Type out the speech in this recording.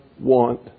want